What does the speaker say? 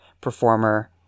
performer